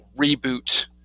reboot